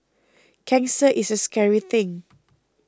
cancer is a scary thing